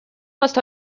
most